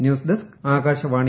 news desk Akashvani